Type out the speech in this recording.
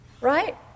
Right